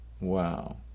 Wow